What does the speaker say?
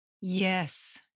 Yes